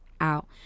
out